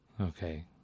Okay